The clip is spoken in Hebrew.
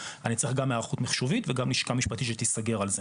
אני צריך גם היערכות מחשובית וגם לשכה משפטית שתיסגר על זה,